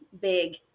big